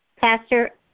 Pastor